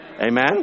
Amen